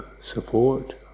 support